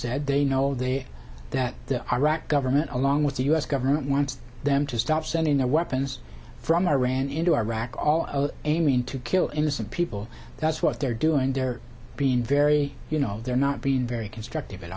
said they know there that the iraqi government along with the us government wants them to stop sending their weapons from iran into iraq all of aiming to kill innocent people that's what they're doing they're being very you know they're not being very constructive at